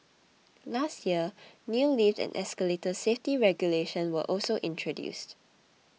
last year new lift and escalator safety regulation were also introduced